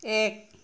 এক